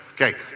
Okay